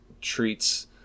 treats